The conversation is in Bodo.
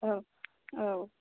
औ औ